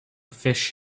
fish